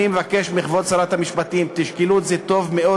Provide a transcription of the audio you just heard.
אני מבקש מכבוד שרת המשפטים: תשקלו את זה טוב מאוד,